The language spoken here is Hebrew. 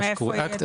מה שקרוי ACT,